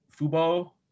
Fubo